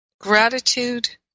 Gratitude